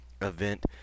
event